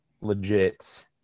legit